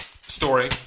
story